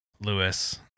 Lewis